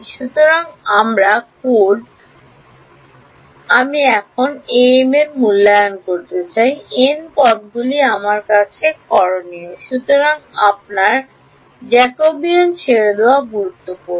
সুতরাং আমার কোড আমি যখন AM এর মূল্যায়ন করতে যাই n পদগুলি আমার কাছে করণীয় সুতরাং আপনার জ্যাকবীয়দের ছেড়ে দেওয়া গুরুত্বপূর্ণ